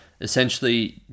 essentially